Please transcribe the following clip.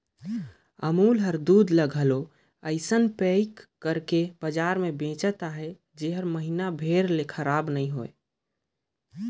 अमूल हर दूद ल घलो अइसे पएक कइर के बजार में बेंचत अहे जेहर महिना भेर ले खराब नी होए